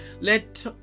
Let